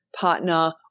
partner